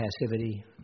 passivity